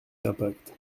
d’impact